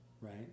Right